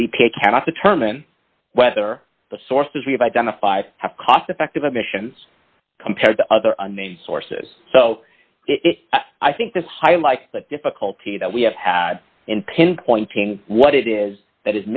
e p a cannot determine whether the sources we have identified have cost effective emissions compared to other unnamed sources so if i think this highlights the difficulty that we have had in pinpointing what it is that